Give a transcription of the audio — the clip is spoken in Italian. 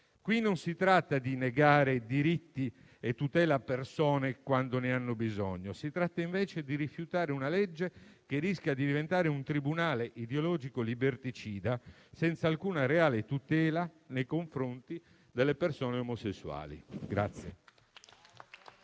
Qui non si tratta di negare i diritti e tutela a persone quando ne hanno bisogno, si tratta invece di rifiutare una legge che rischia di diventare un tribunale ideologico liberticida senza alcuna reale tutela nei confronti delle persone omosessuali.